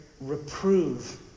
reprove